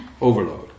overload